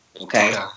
Okay